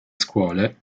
scuole